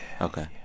Okay